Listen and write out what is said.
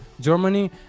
germany